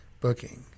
booking